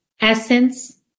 essence